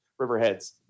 Riverheads